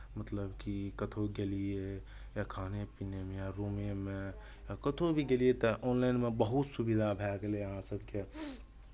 मतलब कि कतहु गेलियै या खाने पीनेमे या रूमेमे या कतहु भी गेलियै तऽ ऑनलाइनमे बहुत सुविधा भए गेलै अहाँ सभके